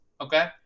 Okay